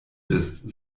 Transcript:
ist